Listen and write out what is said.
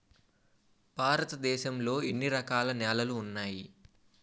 భారతదేశం లో ఎన్ని రకాల నేలలు ఉన్నాయి?